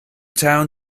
town